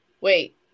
Wait